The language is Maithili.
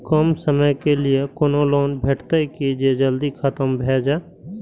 कम समय के लीये कोनो लोन भेटतै की जे जल्दी खत्म भे जे?